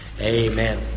amen